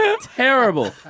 Terrible